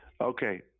Okay